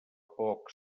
poc